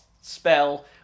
Spell